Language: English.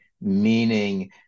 meaning